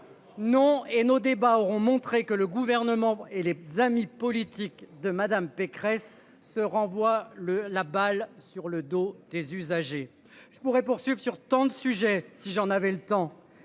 Non et nos débats auront montré que le gouvernement et les amis politiques de madame Pécresse se renvoient la balle sur le dos des usagers. Je pourrais poursuivre sur tant de sujets. Si j'en avais le temps